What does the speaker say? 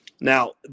Now